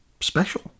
special